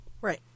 Right